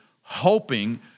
hoping